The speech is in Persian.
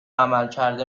عملکرد